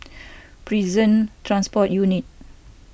Prison Transport Unit